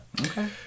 Okay